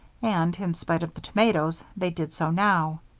and, in spite of the tomatoes, they did so now.